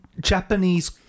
Japanese